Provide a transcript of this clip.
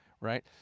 right